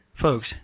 folks